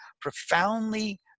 profoundly